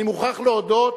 אני מוכרח להודות